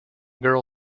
girl